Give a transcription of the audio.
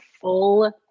full